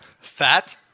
Fat